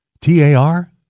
T-A-R